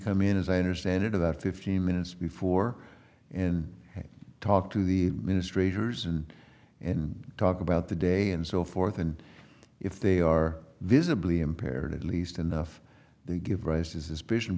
come in as i understand it about fifteen minutes before and talk to the ministre hers and and talk about the day and so forth and if they are visibly impaired at least enough they give rise to suspicion